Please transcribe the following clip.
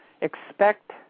expect